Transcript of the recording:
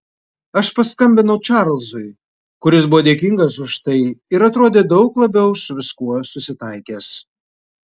aš paskambinau čarlzui kuris buvo dėkingas už tai ir atrodė daug labiau su viskuo susitaikęs